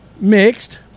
mixed